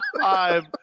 five